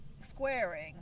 squaring